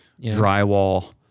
drywall